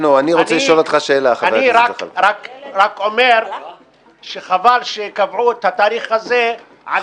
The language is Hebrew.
אני רק אומר שחבל שקבעו את התאריך הזה על